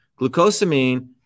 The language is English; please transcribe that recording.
Glucosamine